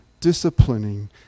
disciplining